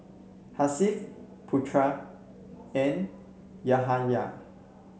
Hasif Putra and Yahaya